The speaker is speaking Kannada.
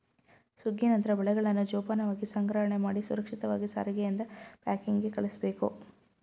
ಸುಗ್ಗಿ ನಂತ್ರ ಬೆಳೆಗಳನ್ನ ಜೋಪಾನವಾಗಿ ಸಂಗ್ರಹಣೆಮಾಡಿ ಸುರಕ್ಷಿತವಾಗಿ ಸಾರಿಗೆಯಿಂದ ಪ್ಯಾಕಿಂಗ್ಗೆ ಕಳುಸ್ಬೇಕು